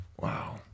Wow